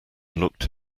looked